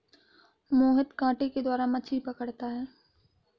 मोहित कांटे के द्वारा मछ्ली पकड़ता है